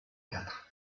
quatre